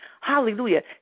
hallelujah